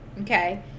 okay